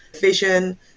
vision